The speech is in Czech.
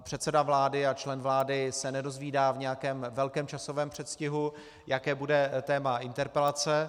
Předseda vlády a člen vlády se nedozvídá v nějakém velkém časovém předstihu, jaké bude téma interpelace.